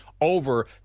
over